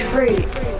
Fruits